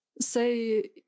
say